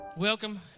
Welcome